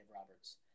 Roberts